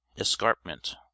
escarpment